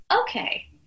Okay